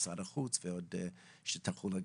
משרד החוץ ועוד אחרים שטרחו להגיע.